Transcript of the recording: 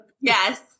Yes